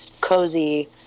cozy